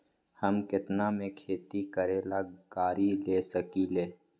हम केतना में खेती करेला गाड़ी ले सकींले?